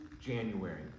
January